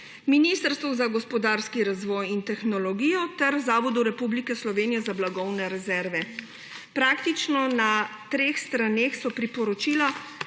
Ministrstvu za gospodarski razvoj in tehnologijo ter Zavodu Republike Slovenije za blagovne rezerve. Praktično na treh straneh so priporočila